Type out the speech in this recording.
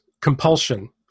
compulsion